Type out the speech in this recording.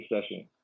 session